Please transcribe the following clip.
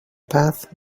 path